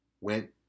went